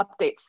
updates